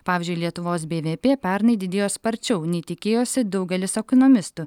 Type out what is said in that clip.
pavyzdžiui lietuvos bvp pernai didėjo sparčiau nei tikėjosi daugelis ekonomistų